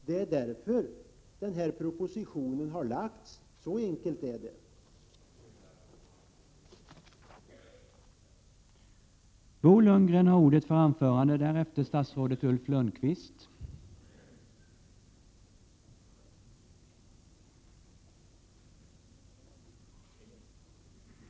Det är därför regeringen har lagt fram den här propositionen.